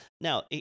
Now